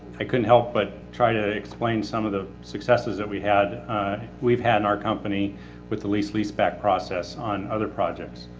i couldn't help but try to explain some of the successes that we had we've had in our company with the lease, lease back process on other projects.